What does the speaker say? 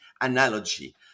analogy